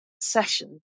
session